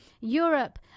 Europe